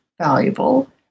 valuable